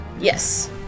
Yes